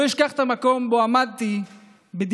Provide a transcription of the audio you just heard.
לא אשכח את המקום שבו עמדתי בדירה